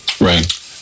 Right